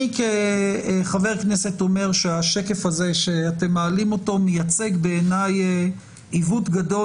אני כחבר כנסת אומר שהשקף הזה שאתם מעלים אותו מייצג בעיני עיוות גדול,